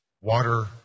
water